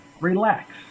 relax